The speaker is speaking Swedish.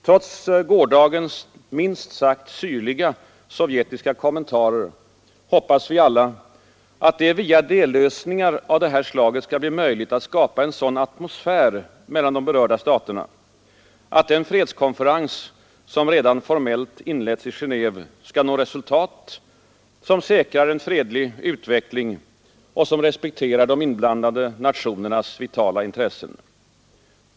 Trots gårdagens minst sagt syrliga sovjetiska kommentarer hoppas vi alla att det via dellösningar av det här slaget skall bli möjligt att skapa en sådan atmosfär mellan de berörda staterna, att den fredskonferens som redan formellt inletts i Genéve skall nå resultat som säkrar en fredlig utveckling och innebär att de inblandade nationernas vitala intressen respekteras.